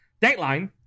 Dateline